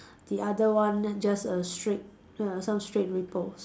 the other one just a straight err some straight ripples